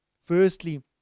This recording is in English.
Firstly